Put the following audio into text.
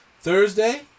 Thursday